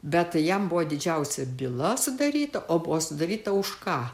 bet jam buvo didžiausia byla sudaryta o buvo sudaryta už ką